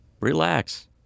relax